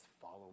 follow